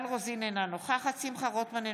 אינה נוכחת שמחה רוטמן,